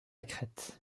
crête